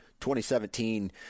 2017